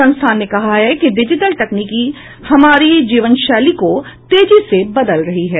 संस्थान ने कहा है कि डिजिटल तकनीकी हमारी जीवनशैली को तेजी से बदल रही है